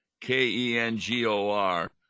K-E-N-G-O-R